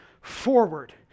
forward